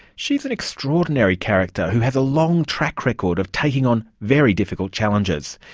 she's an extraordinary character who has a long track record of taking on very difficult challenges.